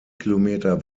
kilometer